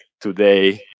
today